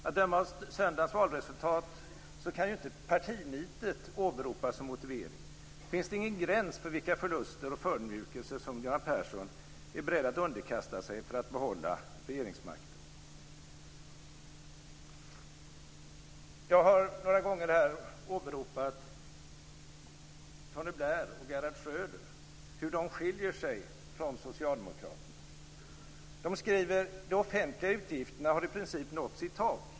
Att döma av söndagens valresultat kan ju inte partinitet åberopas som motivering. Finns det ingen gräns för vilka förluster och förödmjukelser som Göran Persson är beredd att underkasta sig för att behålla regeringsmakten? Jag har några gånger här åberopat Tony Blair och Gerhard Schröder och hur de skiljer sig från socialdemokraterna. De skriver: De offentliga utgifterna har i princip nått sitt tak.